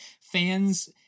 Fans